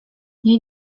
nie